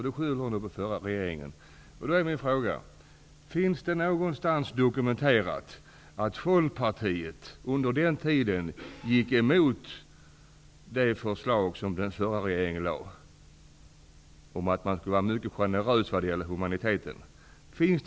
Då är min fråga: Finns det dokumenterat någonstans att Folkpartiet under den tiden gick emot det förslag som den förra regeringen lade fram om att man skulle vara mycket generös beträffande humaniteten?